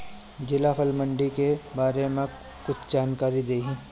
जिला फल मंडी के बारे में कुछ जानकारी देहीं?